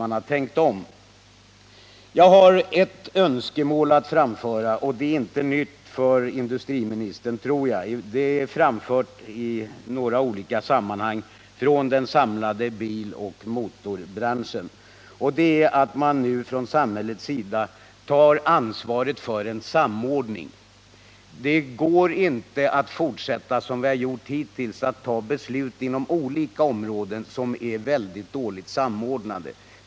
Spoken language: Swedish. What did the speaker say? Jag har ett direkt önskemål att framföra, som väl inte är nytt för industriministern, eftersom det har aktualiserats i några olika sammanhang av den samlade biloch motorbranschen, nämligen att man nu från statsmakternas sida tar ansvaret för en samordning av både befintliga och tilltänkta lagar och förordningar på detta område. Vi kan inte fortsätta, som vi har gjort hittills, att fatta beslut som är så dåligt samordnade.